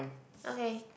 okay